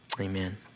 Amen